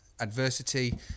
adversity